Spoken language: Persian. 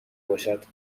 باشد